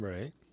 Right